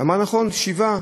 היא אמרה נכון, שבעה,